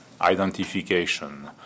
identification